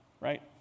right